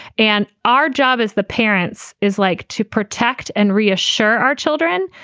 and our job as the parents is like to protect and reassure our children.